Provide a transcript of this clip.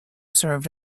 served